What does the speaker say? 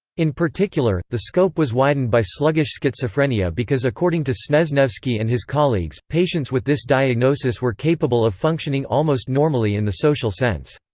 in particular, the scope was widened by sluggish schizophrenia because according to snezhnevsky and his colleagues, patients with this diagnosis were capable of functioning almost normally in the social sense.